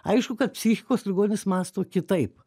aišku kad psichikos ligonis mąsto kitaip